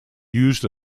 used